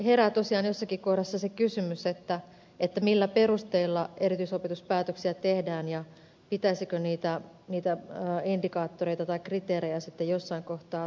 herää tosiaan jossakin kohdassa se kysymys millä perusteilla erityisopetuspäätöksiä tehdään ja pitäisikö niitä indikaattoreita tai kriteerejä sitten jossain kohtaa tarkistaa